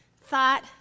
thought